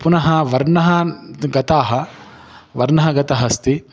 पुनः वर्णाः गताः वर्णः गतः अस्ति